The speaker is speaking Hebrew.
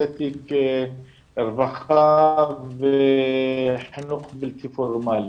מחזיק תיק רווחה וחינוך בלתי פורמלי.